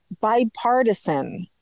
bipartisan